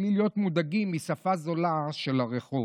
בלי להיות מודאגים משפה זולה של הרחוב.